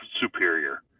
superior